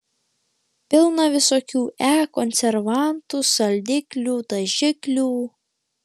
pilna visokių e konservantų saldiklių dažiklių